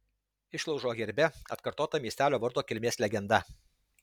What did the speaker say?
išlaužo herbe atkartota miestelio vardo kilmės legenda